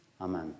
Amen